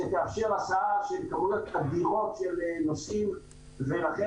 שכאשר הסעה של כמויות אדירות של נוסעים ולכן